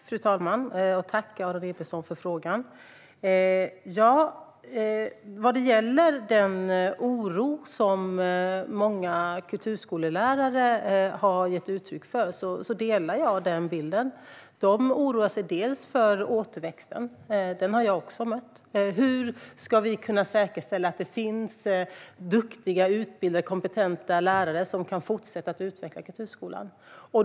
Fru talman! Tack, Aron Emilsson, för frågan! Jag delar den oro som många kulturskolelärare har gett uttryck för. De oroar sig för återväxten; detta är något som jag också har mött. Hur ska vi kunna säkerställa att det finns duktiga, utbildade och kompetenta lärare som kan fortsätta att utveckla kulturskolan?